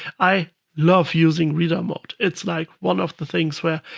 i love using reader mode. it's like one of the things where,